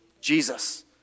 Jesus